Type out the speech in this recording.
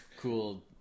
cool